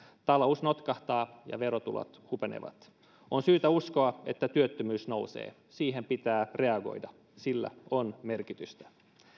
talous notkahtaa ja verotulot hupenevat on syytä uskoa että työttömyys nousee siihen pitää reagoida sillä on merkitystä